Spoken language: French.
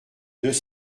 deux